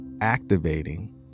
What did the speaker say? activating